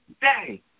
day